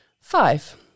Five